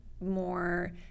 more